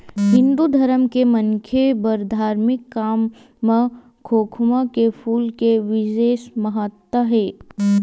हिंदू धरम के मनखे बर धारमिक काम म खोखमा के फूल के बिसेस महत्ता हे